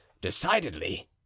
decidedly